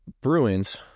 Bruins